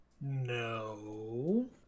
No